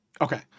Okay